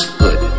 good